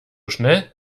schnell